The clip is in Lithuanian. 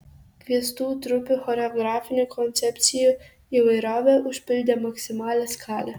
kviestų trupių choreografinių koncepcijų įvairovė užpildė maksimalią skalę